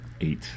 eight